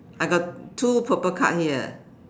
I got two purple card here